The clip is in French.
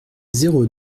zéro